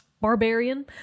Barbarian